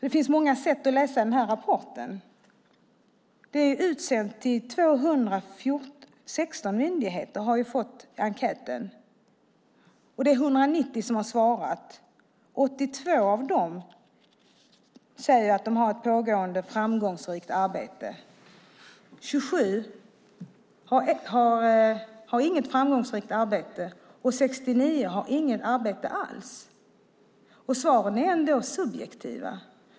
Det finns många sätt att läsa rapporten. 216 myndigheter har fått enkäten. Det är 190 som har svarat. 82 av dem säger att de har ett pågående framgångsrikt arbete. 27 har inget framgångsrikt arbete, och 69 har inget arbete alls. Svaren är ändå subjektiva.